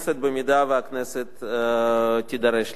במידה שהכנסת תידרש לכך.